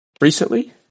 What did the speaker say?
recently